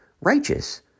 righteous